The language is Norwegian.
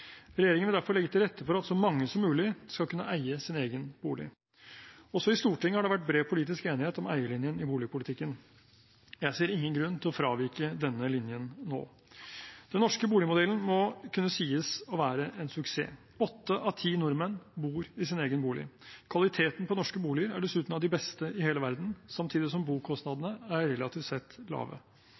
Regjeringen vil derfor legge til rette for at så mange som mulig skal kunne eie sin egen bolig. Også i Stortinget har det vært bred politisk enighet om eierlinjen i boligpolitikken. Jeg ser ingen grunn til å fravike denne linjen nå. Den norske boligmodellen må kunne sies å være en suksess. Åtte av ti nordmenn bor i sin egen bolig. Kvaliteten på norske boliger er dessuten av de beste i hele verden, samtidig som bokostnadene er relativt sett lave.